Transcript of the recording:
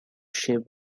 shape